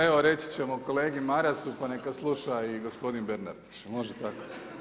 Evo reći ćemo kolegi Marasu pa neka sluša i gospodin Bernardić, je li može tako?